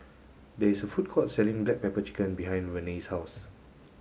there is a food court selling black pepper chicken behind Renae's house